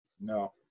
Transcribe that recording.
No